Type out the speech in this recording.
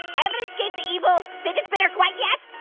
i haven't escaped the evil fidget spinner quite yet.